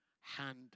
hand